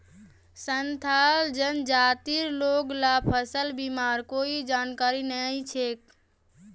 संथाल जनजातिर लोग ला फसल बीमार कोई जानकारी नइ छेक